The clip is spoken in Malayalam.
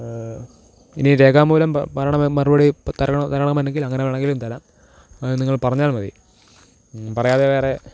ഇനി രേഖാമൂലം പ പറയണ മറുപടി തരണ തരണമെന്നുണ്ടെങ്കില് അങ്ങനെ വേണമെങ്കിലും തരാം അത് നിങ്ങള് പറഞ്ഞാല്മതി പറയാതെ വേറേ